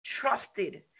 trusted